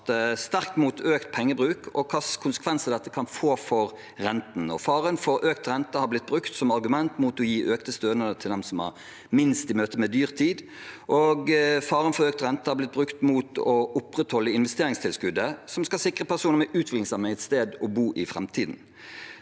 sterkt mot økt pengebruk og hvilke konsekvenser det kan få for renten. Faren for økt rente har blitt brukt som argument mot å gi økte stønader til dem som har minst, i møte med dyrtid. Faren for økt rente har også blitt brukt som argument mot å opprettholde investeringstilskuddet, som skal sikre personer med utviklingshemning et sted å bo i framtiden.